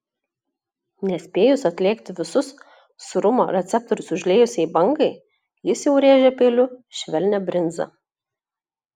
nespėjus atlėgti visus sūrumo receptorius užliejusiai bangai jis jau rėžia peiliu švelnią brinzą